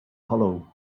hollow